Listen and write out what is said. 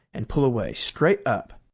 and pull away straight up.